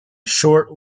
short